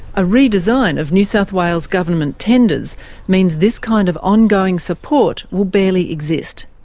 a redesign of new south wales government tenders means this kind of ongoing support will barely exist.